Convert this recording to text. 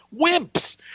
wimps